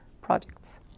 projects